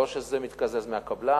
לא שזה מתקזז מהקבלן,